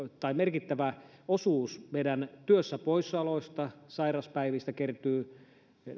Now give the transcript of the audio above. ja merkittävä osuus meidän työstä poissaoloista sairauspäivistä kertyy